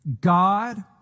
God